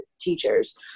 teachers